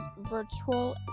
virtual